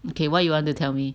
okay what you want to tell me